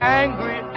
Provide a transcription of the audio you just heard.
angry